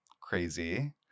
crazy